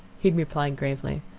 he replied gravely,